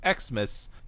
Xmas